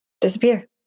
disappear